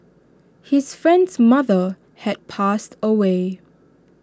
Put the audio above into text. his friend's mother had passed away